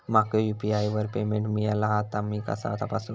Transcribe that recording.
माका यू.पी.आय वर पेमेंट मिळाला हा ता मी कसा तपासू?